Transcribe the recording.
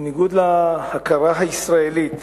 בניגוד להכרה הישראלית